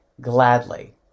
gladly